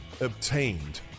obtained